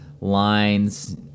lines